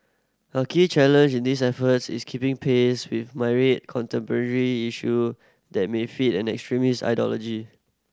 a key challenge in these efforts is keeping pace with myriad contemporary issue that may feed an extremist ideology